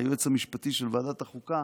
היועץ המשפטי של ועדת החוקה,